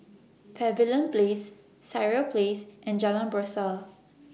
Pavilion Place Sireh Place and Jalan Berseh